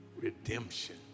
redemption